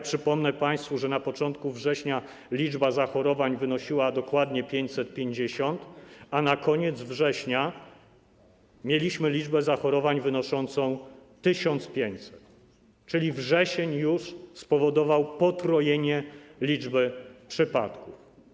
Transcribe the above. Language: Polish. Przypomnę państwu, że na początku września liczba zachorowań wynosiła dokładnie 550, a na koniec września mieliśmy liczbę zachorowań wynoszącą 1500, czyli wrzesień spowodował już potrojenie się liczby przypadków.